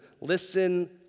Listen